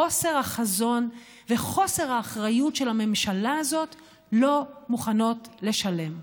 חוסר החזון וחוסר האחריות, לא מוכנות לשלם.